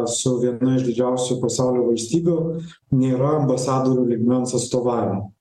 su viena iš didžiausių pasaulio valstybių nėra ambasadų lygmens atstovavimo